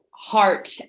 heart